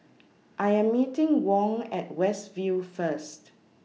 I Am meeting Wong At West View First